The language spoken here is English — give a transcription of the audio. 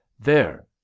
There